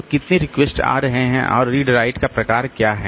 तो कितने रिक्वेस्ट आ रहे हैं और रीड राइट का प्रकार क्या हैं